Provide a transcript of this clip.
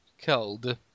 killed